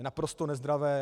Naprosto nezdravé.